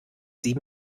sie